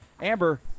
Amber